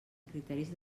criteris